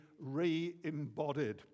re-embodied